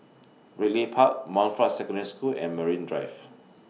Ridley Park Montfort Secondary School and Marine Drive